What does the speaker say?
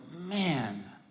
man